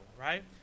Right